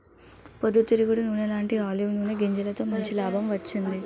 పొద్దు తిరుగుడు నూనెలాంటీ ఆలివ్ నూనె గింజలతో మంచి లాభం వచ్చింది